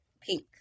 pink